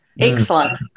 Excellent